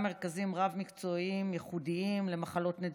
מרכזים מקצועיים ייחודיים למחלות נדירות: